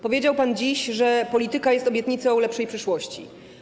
Powiedział pan dziś, że polityka jest obietnicą lepszej przyszłości.